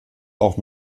auch